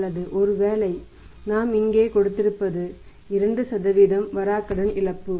அல்லது ஒருவேளை நாம் இங்கே கொடுத்திருப்பது 2 வராக்கடன் இழப்பு